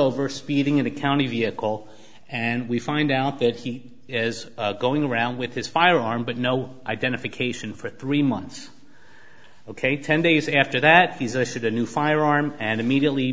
over speeding in the county vehicle and we find out that he is going around with his firearm but no identification for three months ok ten days after that these i see the new firearm and immediately